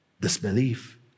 disbelief